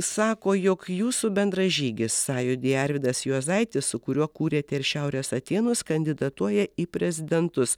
sako jog jūsų bendražygis sąjūdyje arvydas juozaitis su kuriuo kūrėte ir šiaurės atėnus kandidatuoja į prezidentus